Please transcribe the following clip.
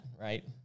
right